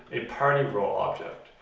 a party role object,